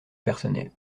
personnel